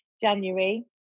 January